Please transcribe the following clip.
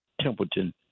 Templeton